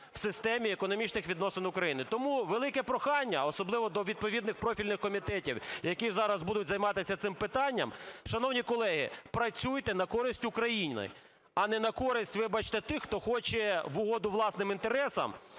в системі економічних відносин України. Тому велике прохання, особливо до відповідних профільних комітетів, які зараз будуть займатися цим питанням, шановні колеги, працюйте на користь України, а не на користь, вибачте, тих, хто хоче в угоду власним інтересам